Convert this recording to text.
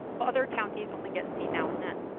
other counties only get seed now and then.